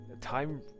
time